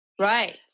Right